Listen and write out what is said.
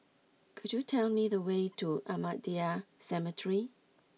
could you tell me the way to Ahmadiyya Cemetery